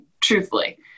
truthfully